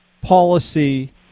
policy